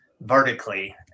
vertically